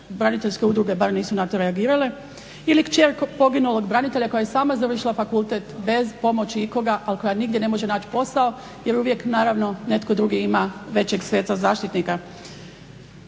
braniteljske udruge bar nisu na to reagirale. Ili kćer poginulog branitelja koja je i sama završila fakultet, bez pomoći ikoga, ali koja nigdje ne može naći posao jer uvijek naravno netko drugi ima većeg sveca zaštitnika.